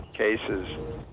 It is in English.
cases